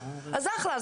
אז אחלה,